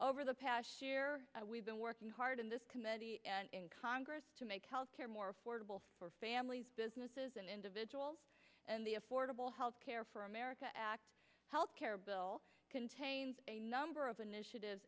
over the past year we've been working hard in this committee in congress to make health care more affordable for families businesses and individuals and the affordable health care for america act health care bill contains a number of